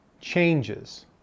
changes